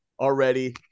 already